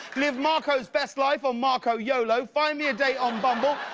live marco's best life on marcoyolo, find me a date on bumble,